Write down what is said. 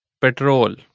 Petrol